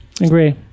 agree